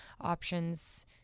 options